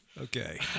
Okay